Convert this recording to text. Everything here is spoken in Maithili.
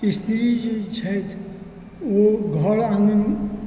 स्त्री जे छथि ओ घर आङ्गनमे